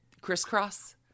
Crisscross